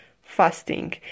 fasting